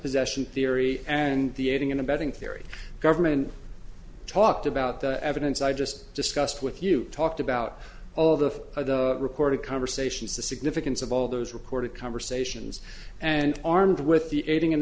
possession theory and the aiding and abetting theory government talked about the evidence i just discussed with you talked about all of the recorded conversations the significance of all those recorded conversations and armed with the aiding and